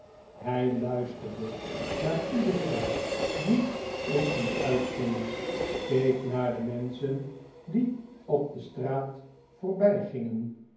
hij luisterde naar iedereen die in en uitging keek naar de menschen die op de straat